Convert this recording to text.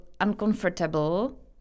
uncomfortable